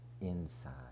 inside